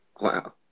Wow